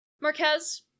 Marquez